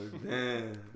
man